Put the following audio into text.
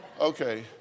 Okay